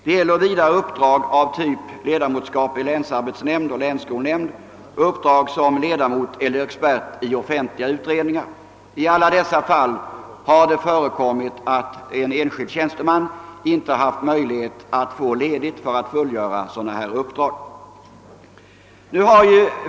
Det gäller vidare uppdrag av typen ledamotskap i länsarbetsnämnd och länsskolnämnd samt uppdrag som ledamot eller expert i offentliga utredningar. I alla dessa fall har det förekommit att en enskild tjänsteman inte haft möjlighet att få ledigt för att fullgöra sådana uppdrag.